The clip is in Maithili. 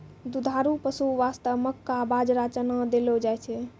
दुधारू पशु वास्तॅ मक्का, बाजरा, चना देलो जाय छै